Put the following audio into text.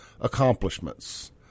accomplishments